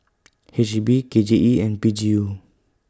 H E B K J E and P G U